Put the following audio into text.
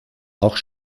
auch